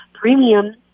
premium